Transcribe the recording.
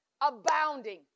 abounding